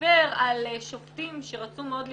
וסיפר על שופטים שרצו מאוד להתמנות,